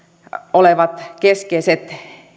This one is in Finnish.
olevat keskeiset